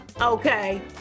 okay